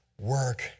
work